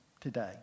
today